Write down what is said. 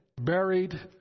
buried